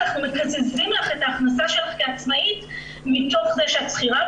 אנחנו מקזזים לך את ההכנסה שלך כעצמאית מתוך שאת שכירה,